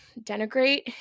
denigrate